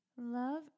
Love